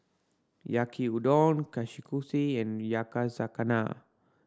Yaki Udon Kushikatsu and Yakizakana